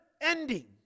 ending